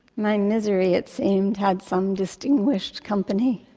my misery, it seemed, had some distinguished company.